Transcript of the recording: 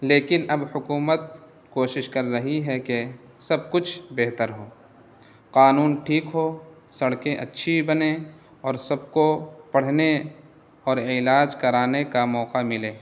لیکن اب حکومت کوشش کر رہی ہے کہ سب کچھ بہتر ہو قانون ٹھیک ہو سڑکیں اچھی بنیں اور سب کو پڑھنے اور علاج کرانے کا موقع ملے